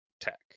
tech